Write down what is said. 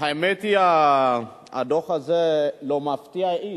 האמת היא שהדוח הזה לא מפתיע איש.